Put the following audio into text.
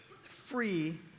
free